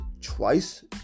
twice